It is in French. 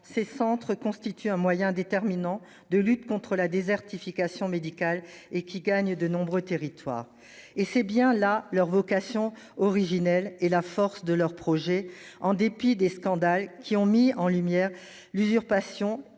Ces centres constituent un moyen déterminant de lutte contre la désertification médicale et qui gagne de nombreux territoires et c'est bien là leur vocation originelle et la force de leur projet, en dépit des scandales qui ont mis en lumière l'usurpation